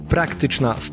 Praktyczna